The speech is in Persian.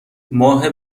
ماه